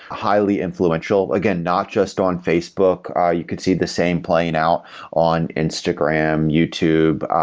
highly influential. again, not just on facebook. ah you could see the same playing out on instagram, youtube,